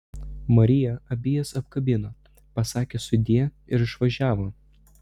marija abi jas apkabino pasakė sudie ir išvažiavo